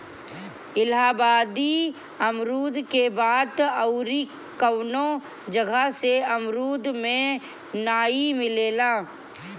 इलाहाबादी अमरुद के बात अउरी कवनो जगह के अमरुद में नाइ मिलेला